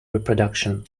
reproduction